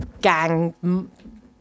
gang